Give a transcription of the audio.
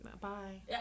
Bye